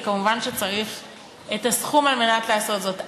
וכמובן צריך את הסכום על מנת לעשות זאת.